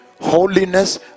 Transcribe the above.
holiness